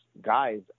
guys